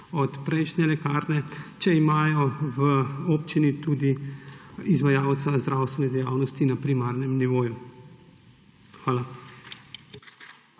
od prejšnje lekarne, če imajo v občini tudi izvajalca zdravstvene dejavnosti na primarnem nivoju. Hvala.